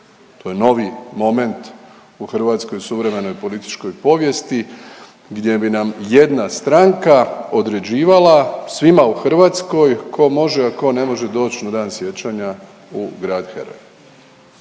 To je novi moment u hrvatskoj suvremenoj političkoj povijesti gdje bi nam jedna stranka određivala svima u Hrvatskoj tko može, a tko ne može doći na Dan sjećanja u grad heroj.